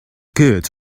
good